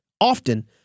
Often